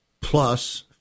plus